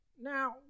Now